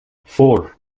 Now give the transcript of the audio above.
four